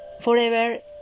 forever